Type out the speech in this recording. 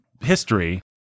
history